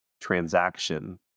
transaction